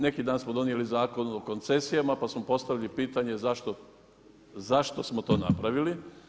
Neki dan smo donijeli zakon o koncesijama pa smo postavili pitanje zašto smo to napravili.